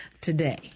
today